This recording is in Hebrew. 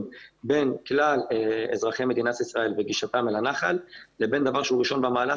בין כלל אזרחי מדינת ישראל וגישתם אל הנחל לבין דבר שהוא ראשון במעלה,